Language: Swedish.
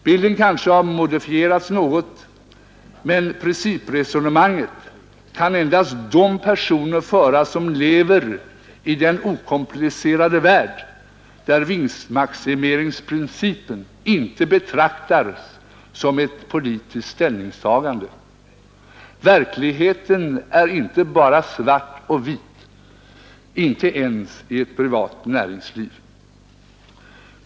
Bilden kanske har modifierats något, men principresonemanget kan endast de personer föra som lever i den okomplicerade värld där vinstmaximeringsprincipen inte betraktas som ett politiskt ställningstagande. Verkligheten är inte bara svart och vitt, inte ens i ett privat näringsliv.